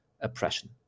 oppression